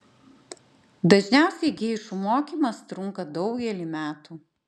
dažniausiai geišų mokymas trunka daugelį metų